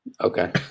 Okay